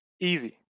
easy